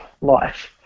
life